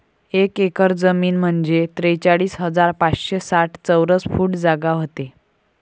एक एकर जमीन म्हंजे त्रेचाळीस हजार पाचशे साठ चौरस फूट जागा व्हते